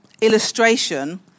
illustration